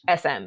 sm